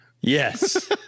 Yes